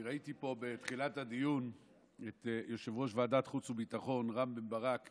אני ראיתי פה בתחילת הדיון את יושב-ראש ועדת חוץ וביטחון רם בן ברק,